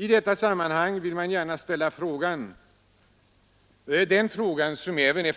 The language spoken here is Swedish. I detta sammanhang vill man gärna ställa en fråga som även är